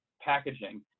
packaging